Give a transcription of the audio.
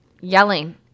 Yelling